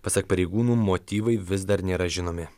pasak pareigūnų motyvai vis dar nėra žinomi